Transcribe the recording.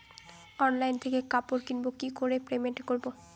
Online থেকে কাপড় কিনবো কি করে পেমেন্ট করবো?